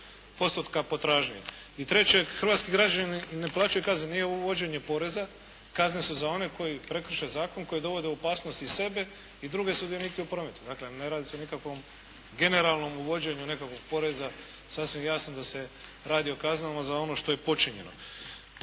I treće. Hrvatski građani ne plaćaju kazne. Nije ovo uvođenje poreza. Kazne su za one koji prekrše zakon, koji dovode u opasnost i sebe i druge sudionike u prometu. Dakle, ne radi se o nikakvom generalnom uvođenju nekakvog poreza. Sasvim je jasno da se radi o kaznama za ono što je počinjeno.